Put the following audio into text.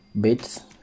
bits